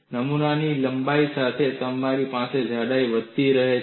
નમૂનાની લંબાઈ સાથે તમારી પાસે જાડાઈ વધતી રહે છે